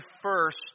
first